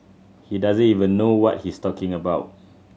he doesn't even know what he's talking about